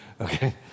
Okay